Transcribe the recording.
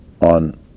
on